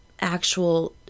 actual